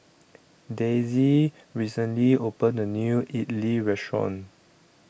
Dayse recently opened A New Idly Restaurant